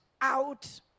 out